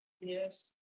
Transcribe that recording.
Yes